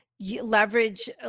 leverage